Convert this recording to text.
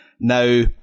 Now